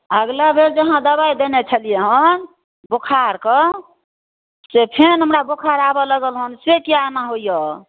अगिला बेर जे अहाँ दवाइ देने छेलियै हेँ बोखारके से फेर हमरा बोखार आबय लागल हन से किया एना होइए